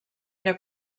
era